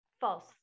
false